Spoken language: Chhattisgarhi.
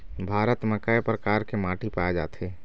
भारत म कय प्रकार के माटी पाए जाथे?